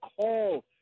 call